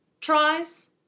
tries